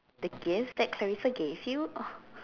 the gift that Clarissa gave you oh